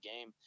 game